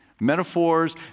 metaphors